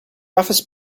office